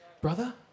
brother